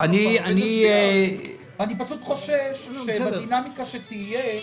אני פשוט חושש שבדינמיקה שתהיה,